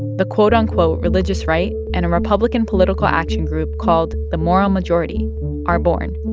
the quote, unquote, religious right and a republican political action group called the moral majority are born.